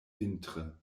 vintre